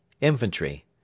Infantry